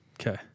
okay